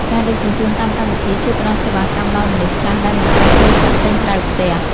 ការដឹកជញ្ជូនតាមកម្មវិធី ជួយផ្ដល់សេវាកម្មដល់មនុស្សចាស់ដែលមិនសូវចូលចិត្តចេញក្រៅផ្ទះ។